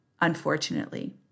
unfortunately